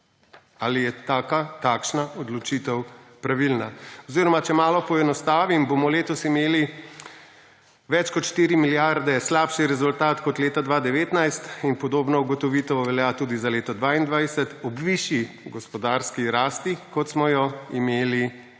ali je takšna odločitev pravilna. Oziroma če malo poenostavim, bomo letos imeli več kot 4 milijarde slabši rezultat kot leta 2019 in podobna ugotovitev velja tudi za leto 2022 ob višji gospodarski rasti, kot smo jo imeli leta